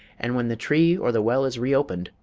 and when the tree or the well is reopened,